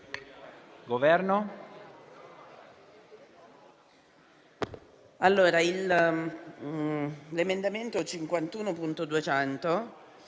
Governo,